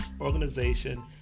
organization